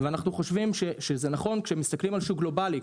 ואנחנו חושבים שזה נכון כאשר מסתכלים על שוק גלובלי.